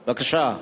בבקשה.